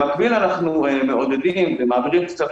במקביל אנחנו מעודדים ומעבירים כסף